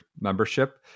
membership